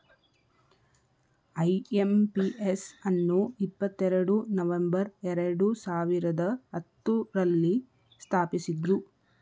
IMPS ಅನ್ನು ಇಪ್ಪತ್ತೆರಡು November ಎರಡು ಸಾವಿರದ ಹತ್ತುರಲ್ಲಿ ಸ್ಥಾಪಿಸಿದ್ದ್ರು